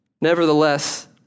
Nevertheless